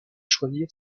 choisir